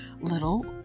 little